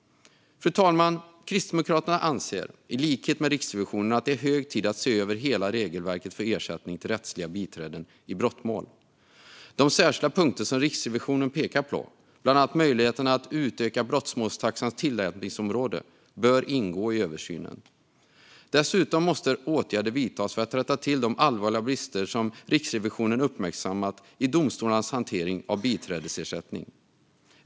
Fru talman! Kristdemokraterna anser, i likhet med Riksrevisionen, att det är hög tid att se över hela regelverket för ersättning till rättsliga biträden i brottmål. De särskilda punkter som Riksrevisionen pekar på, bland annat möjligheterna att utöka brottmålstaxans tillämpningsområde, bör ingå i översynen. Dessutom måste åtgärder vidtas för att rätta till de allvarliga brister i domstolarnas hantering av biträdesersättning som Riksrevisionen uppmärksammat.